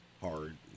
hard